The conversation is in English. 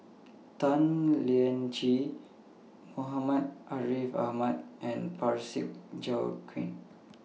Tan Lian Chye Muhammad Ariff Ahmad and Parsick Joaquim